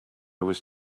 was